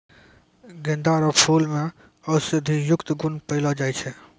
गेंदा रो फूल मे औषधियुक्त गुण पयलो जाय छै